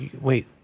Wait